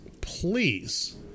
please